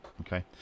Okay